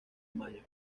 mayo